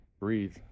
breathe